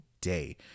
day